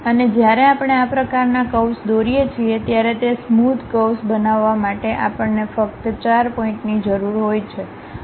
અને જ્યારે આપણે આ પ્રકારના કર્વ્સ દોરીએ છીએ ત્યારે તે સ્મોધ કર્વ્સ બનાવવા માટે આપણને ફક્ત 4 પોઇન્ટની જરૂર હોય છે